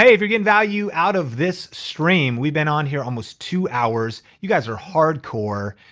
ah if you're getting value out of this stream, we've been on here almost two hours. you guys are hardcore.